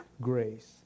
grace